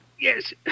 Yes